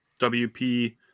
WP